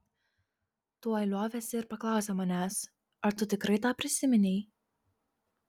tuoj liovėsi ir paklausė manęs ar tu tikrai tą prisiminei